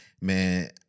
man